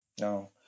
No